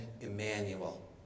Emmanuel